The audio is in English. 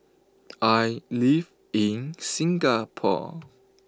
I live in Singapore